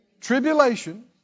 tribulation